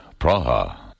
Praha